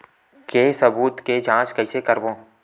के सबूत के जांच कइसे करबो?